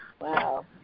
Wow